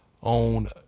on